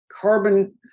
carbon